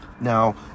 Now